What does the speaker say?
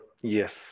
yes